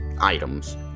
items